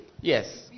yes